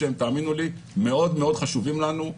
שתאמינו לי מאוד מאוד חשובים לנו,